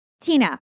Tina